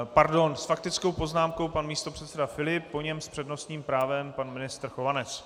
S faktickou poznámkou pan místopředseda Filip, po něm s přednostním právem pan ministr Chovanec.